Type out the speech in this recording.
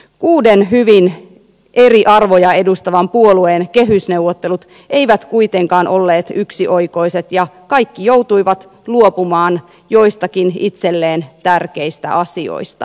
kuuden hyvin paljon eri arvoja edustavan puolueen kehysneuvottelut eivät kuitenkaan olleet yksioikoiset ja kaikki joutuivat luopumaan joistakin itselleen tärkeistä asioista